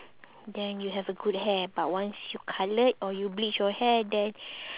then you have a good hair but once you colour or you bleach your hair then